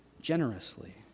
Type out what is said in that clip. generously